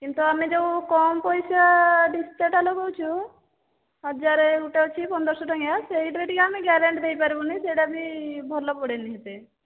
କିନ୍ତୁ ଆମେ ଯେଉଁ କମ୍ ପଇସା ଡିସପ୍ଲେଟା ଲଗଉଛୁ ହଜାର ଗୋଟେ ଅଛି ପନ୍ଦରଶହ ଟଙ୍କିଆ ସେଇଥିରେ ଟିକେ ଆମେ ଗ୍ୟାରେଣ୍ଟି ଦେଇପାରିବୁନି ସେଇଟା ବି ଭଲ ପଡ଼େନି ସେତେ